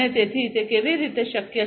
અને તેથી તે કેવી રીતે શક્ય છે